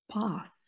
path